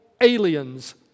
aliens